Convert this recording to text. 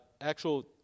actual